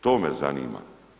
To me zanima.